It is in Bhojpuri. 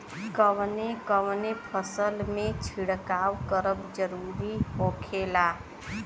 कवने कवने फसल में छिड़काव करब जरूरी होखेला?